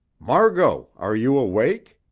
margot, are you awake?